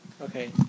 Okay